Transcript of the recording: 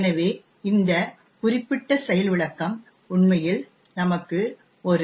எனவே இந்த குறிப்பிட்ட செயல் விளக்கம் உண்மையில் நமக்கு ஒரு பி